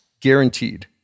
Guaranteed